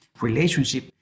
relationship